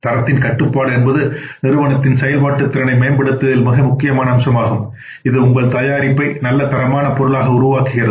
தரத்தின் கட்டுப்பாடு என்பது நிறுவனத்தின் செயல்பாட்டு செயல்திறனை மேம்படுத்துவதில் மிக முக்கியமான அம்சமாகும் இது உங்கள் தயாரிப்பை நல்ல தரமான பொருளாக உருவாக்குகிறது